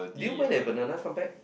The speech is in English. do you mind that banana come back